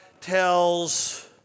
tells